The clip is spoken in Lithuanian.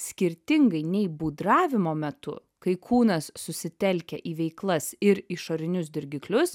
skirtingai nei būdravimo metu kai kūnas susitelkia į veiklas ir išorinius dirgiklius